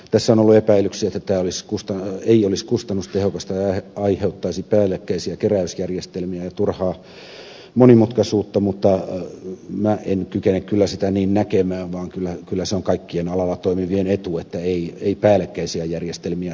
tässä on ollut epäilyksiä että tämä ei olisi kustannustehokasta ja aiheuttaisi päällekkäisiä keräysjärjestelmiä ja turhaa monimutkaisuutta mutta minä en kykene kyllä sitä niin näkemään vaan kyllä se on kaikkien alalla toimivien etu että ei päällekkäisiä järjestelmiä tule